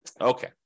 Okay